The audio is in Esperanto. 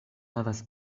havas